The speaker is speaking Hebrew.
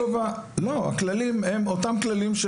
הכללים הם אותם כללים,